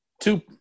Two